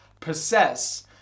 possess